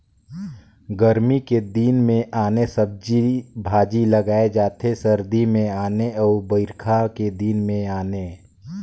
गरमी के दिन मे आने सब्जी भाजी लगाए जाथे सरदी मे आने अउ बइरखा के दिन में आने